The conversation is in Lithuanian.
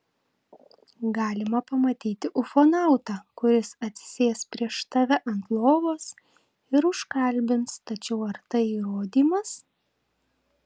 galima pamatyti ufonautą kuris atsisės prieš tave ant lovos ir užkalbins tačiau ar tai įrodymas